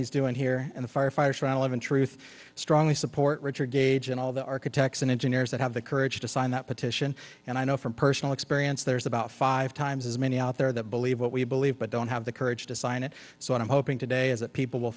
he's doing here and the firefighters trying to live in truth strongly support richard gage and all the architects and engineers that have the courage to sign that petition and i know from personal experience there's about five times as many out there that believe what we believe but don't have the courage to sign it so i'm hoping today is that people will